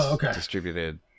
distributed